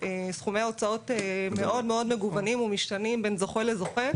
סכומי ההוצאות מאוד מאוד מגוונים ומשתנים בין זוכה לזוכה.